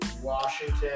Washington